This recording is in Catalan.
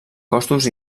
costos